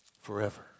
forever